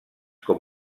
com